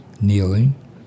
kneeling